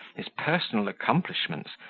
his personal accomplishments,